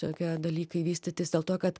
tokie dalykai vystytis dėl to kad